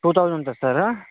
two thousand ఉంటుందా sir